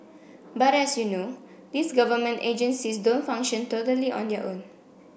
but as you know these government agencies don't function totally on their own